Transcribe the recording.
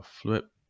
Flip